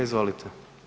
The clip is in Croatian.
Izvolite.